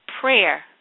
Prayer